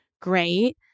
great